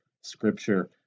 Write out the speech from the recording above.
Scripture